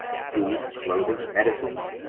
food, clothing, medicines,